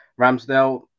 Ramsdale